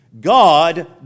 God